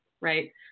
right